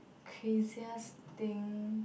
craziest thing